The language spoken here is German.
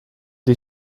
die